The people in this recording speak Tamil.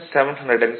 0359 1770 வாட்